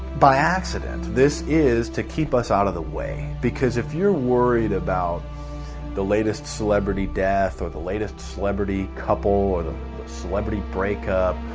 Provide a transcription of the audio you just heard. by accident this is to keep us out of the way. because if you're worried about the latest celebrity death or the latest celebrity couple, or the celebrity brake-up,